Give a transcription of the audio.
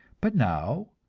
but now,